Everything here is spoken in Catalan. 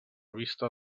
vista